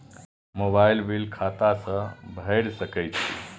Mobile bill खाता से भेड़ सके छि?